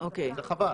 זה חבל